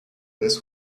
this